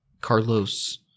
Carlos